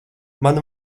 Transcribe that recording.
man